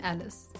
Alice